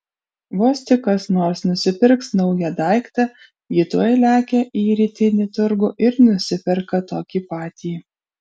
vos tik kas nors nusipirks naują daiktą ji tuoj lekia į rytinį turgų ir nusiperka tokį patį